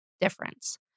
difference